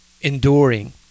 enduring